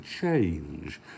change